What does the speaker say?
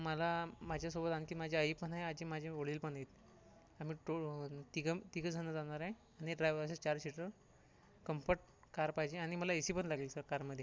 मला माझ्यासोबत आणखी माझी आई पण आहे आजी माझे वडील पण आहेत आम्ही टो तिघम् तिघं जणं जाणार आहे आणि ड्रायवर अशी चार शीटं कम्फर्ट कार पाहिजे आणि मला ए सी पण लागेल सर कारमध्ये